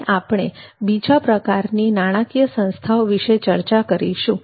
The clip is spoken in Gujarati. હવે આપણે બીજા પ્રકારની નાણાકીય સંસ્થાઓ વિશે ચર્ચા કરીશું